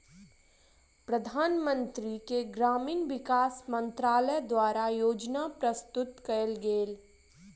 प्रधानमंत्री के ग्रामीण विकास मंत्रालय द्वारा योजना प्रस्तुत कएल गेल